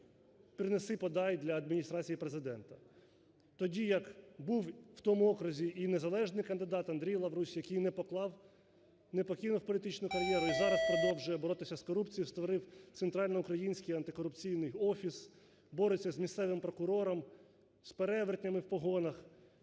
принеси-подай для Адміністрації Президента. Тоді як був в тому окрузі і незалежний кандидат Андрій Лаврусь, який не поклав... не покинув політичну кар'єру і зараз продовжує боротися з корупцією, створив "Центрально-український антикорупційний офіс", бореться з місцевим прокурором, з перевертнями в погонах,